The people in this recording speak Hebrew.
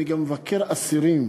אני גם מבקר אסירים,